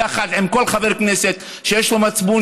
יחד עם כל חבר כנסת שיש לו מצפון,